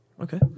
okay